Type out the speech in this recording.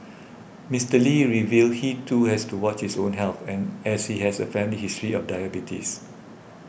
Mister Lee revealed he too has to watch his own health and as he has a family history of diabetes